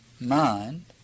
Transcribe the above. mind